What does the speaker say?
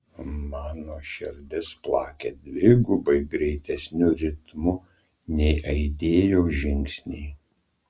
mano širdis plakė dvigubai greitesniu ritmu nei aidėjo žingsniai